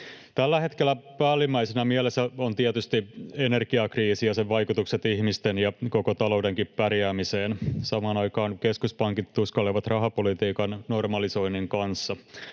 Tällä hetkellä päällimmäisenä mielessä on tietysti energiakriisi ja sen vaikutukset ihmisten ja koko taloudenkin pärjäämiseen. Samaan aikaan keskuspankit tuskailevat rahapolitiikan normalisoinnin kanssa.